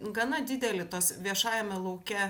gana didelį tos viešajame lauke